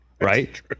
right